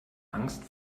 angst